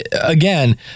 again